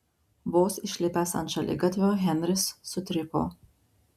vos išlipęs ant šaligatvio henris sutriko